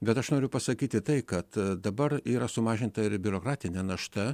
bet aš noriu pasakyti tai kad dabar yra sumažinta biurokratinė našta